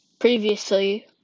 Previously